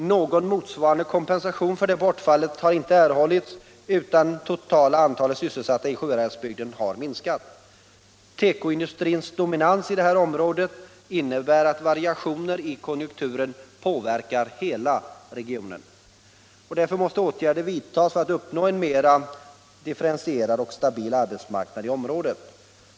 Någon motsvarande kompensation för detta bortfall har inte erhållits utan det totala antalet sysselsatta i Sjuhäradsbygden har minskat. Tekoindustrins dominans i det här området innebär att variationer i konjunkturen påverkar hela regionen. Därför måste åtgärder vidtas för att uppnå en mer differentierad och stabil arbetsmarknad i området.